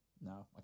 no